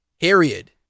Period